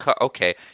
okay